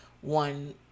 one